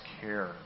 care